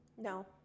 No